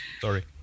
Sorry